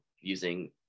using